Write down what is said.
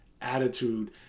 attitude